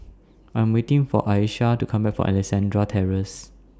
I Am waiting For Ayesha to Come Back from Alexandra Terrace